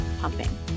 pumping